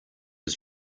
was